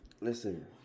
Listen